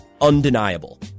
Undeniable